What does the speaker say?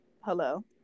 Hello